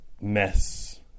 mess